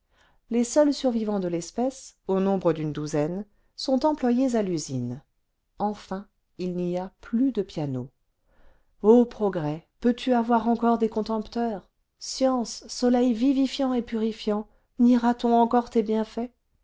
les seuls survivants de l'espèce au nombre d'une douzaine sont employés à l'usine enfin il n'y a plus de pianos o progrès peux-tu avoir encore des contempteurs science soleil vivifiant et purifiant niera t on encore tes bienfaits